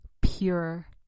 pure